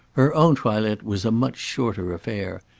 her own toilet was a much shorter affair,